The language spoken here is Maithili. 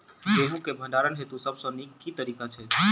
गेंहूँ केँ भण्डारण हेतु सबसँ नीक केँ तरीका छै?